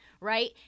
right